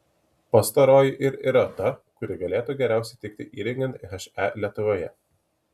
pastaroji ir yra ta kuri galėtų geriausiai tikti įrengiant he lietuvoje